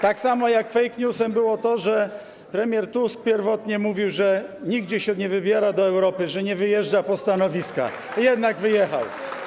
tak samo jak fake newsem było to, że premier Tusk pierwotnie mówił, że nigdzie się nie wybiera do Europy, że nie wyjeżdża po stanowiska - jednak wyjechał.